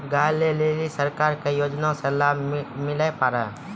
गाय ले ली सरकार के योजना से लाभ मिला पर?